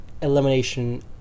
elimination